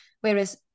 Whereas